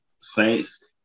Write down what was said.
Saints